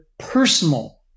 Personal